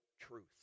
truth